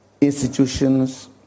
institutions